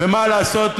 ומה לעשות,